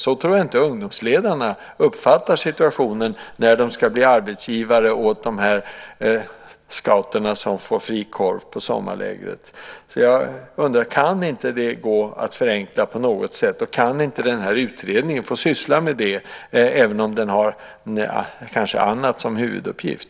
Så tror jag inte att ungdomsledarna uppfattar situationen när de ska bli arbetsgivare åt scouterna som får fri korv på sommarlägret. Jag undrar: Kan det inte gå att förenkla på något sätt, och kan inte den här utredningen få syssla med det även om den kanske har annat som huvuduppgift?